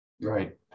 Right